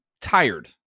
tired